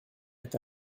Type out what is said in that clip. est